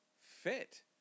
fit